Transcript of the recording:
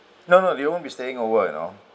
no no we don't want to be staying over you know